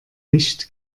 nicht